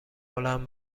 بلند